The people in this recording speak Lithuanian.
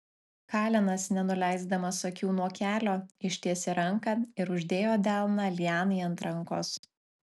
kalenas nenuleisdamas akių nuo kelio ištiesė ranką ir uždėjo delną lianai ant rankos